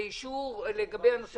לאישור, לכל מה